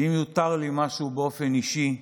ואם יותר לי משהו באופן אישי,